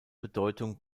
bedeutung